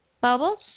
Bubbles